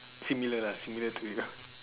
similar lah similar to it lah